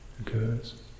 occurs